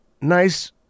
nice